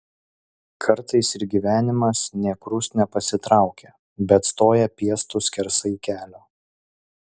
kartais ir gyvenimas nė krust nepasitraukia bet stoja piestu skersai kelio